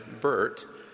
Bert